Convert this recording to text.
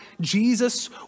Jesus